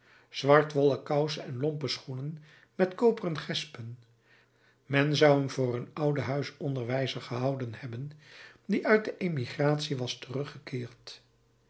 zwart wollen kousen en lompe schoenen met koperen gespen men zou hem voor een ouden huisonderwijzer gehouden hebben die uit de emigratie was teruggekeerd